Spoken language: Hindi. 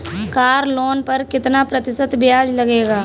कार लोन पर कितना प्रतिशत ब्याज लगेगा?